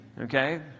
okay